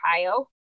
Ohio